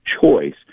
choice